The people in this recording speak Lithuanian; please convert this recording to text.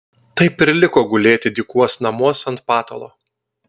taip ir liko gulėti dykuos namuos ant patalo